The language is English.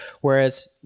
Whereas